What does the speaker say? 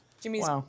Jimmy's